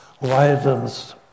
widens